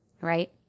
right